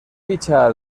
dicha